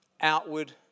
outward